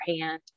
hand